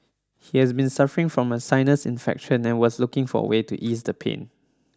he has been suffering from a sinus infection and was looking for way to ease the pain